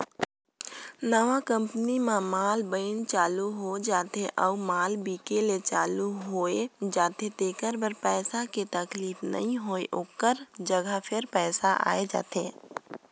नवा कंपनी म माल बइन चालू हो जाथे अउ माल बिके ले चालू होए जाथे तेकर बाद पइसा के तकलीफ नी होय ओकर जग फेर पइसा आए जाथे